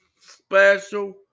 special